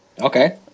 Okay